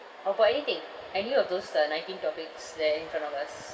or about anything any of those uh nineteen topics there in front of us